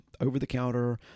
over-the-counter